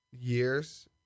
years